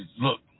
look